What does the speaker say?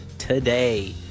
Today